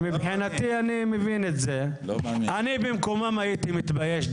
אני במקומם הייתי מתבייש,